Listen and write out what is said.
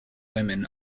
women